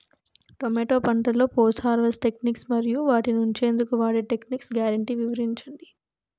టమాటా పంటలో post harvest techniques మరియు వాటిని ఉంచెందుకు వాడే టెక్నిక్స్ గ్యారంటీ వివరించండి?